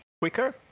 quicker